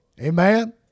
Amen